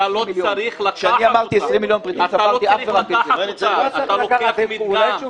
אתה לא צריך לקחת אותם, אתה לא צריך לקחת אותם.